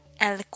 el